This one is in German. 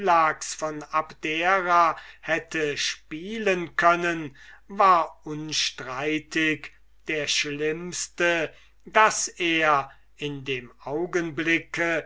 von abdera hätte spielen können war unstreitig der schlimmste daß er in dem augenblicke